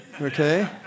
Okay